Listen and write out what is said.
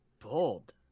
bold